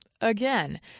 again